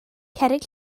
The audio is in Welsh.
cerrig